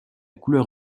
couleur